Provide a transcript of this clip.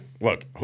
look